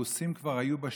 הרוסים כבר היו בשטח,